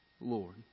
Lord